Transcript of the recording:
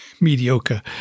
mediocre